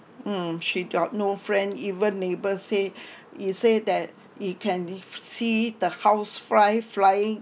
mm she got no friend even neighbor say he say that you can see the housefly flying